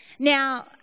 Now